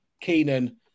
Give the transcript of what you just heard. Keenan